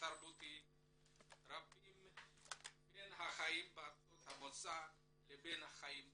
תרבותיים רבים בין החיים בארצות המוצא לבין החיים בישראל.